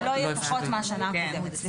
זה לא יהיה פחות מהשנה הקודמת.